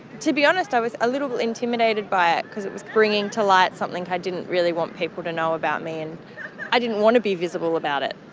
to be honest i was a little intimidated by it because it was bringing to light something i didn't really want people to know about me, and i didn't want to be visible about it.